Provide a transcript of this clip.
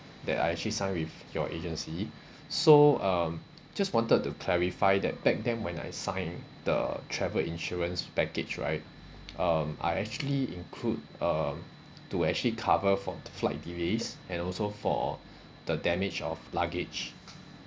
that I actually sign with your agency so um just wanted to clarify that back then when I signed the travel insurance package right um I actually include um to actually cover for flight delays and also for the damage of luggage